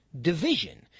division